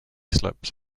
slips